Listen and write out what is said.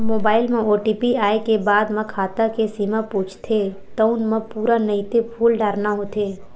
mobile म OTP आए के बाद म खाता के सीमा पूछथे तउन म पूरा नइते फूल डारना होथे